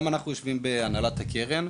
גם אנחנו יושבים בהנהלת הקרן,